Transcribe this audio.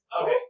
Okay